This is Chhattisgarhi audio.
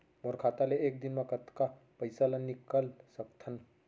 मोर खाता ले एक दिन म कतका पइसा ल निकल सकथन?